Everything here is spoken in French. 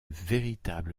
véritable